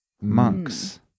Monks